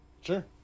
Sure